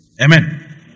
Amen